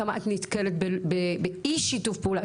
כמה את נתקלת באי שיתוף פעולה.